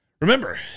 Remember